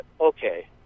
okay